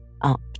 up